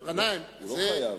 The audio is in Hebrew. הוא לא חייב.